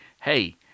hey